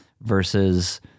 versus